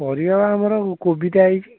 ପରିବା ଆମର କୋବିଟା ହେଇଛି